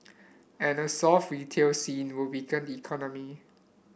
and a soft retail scene will weaken the economy